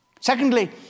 Secondly